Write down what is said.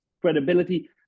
credibility